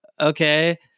okay